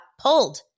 Pulled